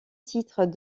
titres